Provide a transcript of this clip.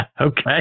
Okay